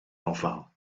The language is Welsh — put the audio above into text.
ofal